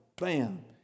bam